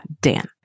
Dan